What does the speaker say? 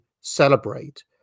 celebrate